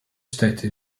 state